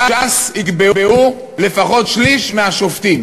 ש"ס יקבעו לפחות שליש מהשופטים